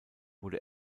wurde